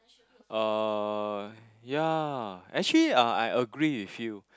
uh ya actually uh I agree with you